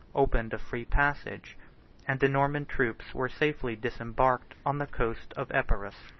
opened a free passage and the norman troops were safely disembarked on the coast of epirus.